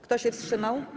Kto się wstrzymał?